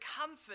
comfort